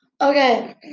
Okay